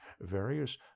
various